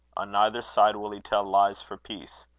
on neither side will he tell lies for peace.